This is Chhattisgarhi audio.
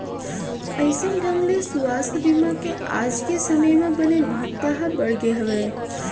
अइसन ढंग ले सुवास्थ बीमा के आज के समे म बने महत्ता ह बढ़गे हावय